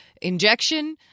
Injection